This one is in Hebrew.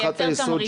לייצר תמריצים.